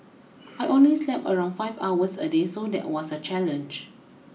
I only slept around five hours a day so that was a challenge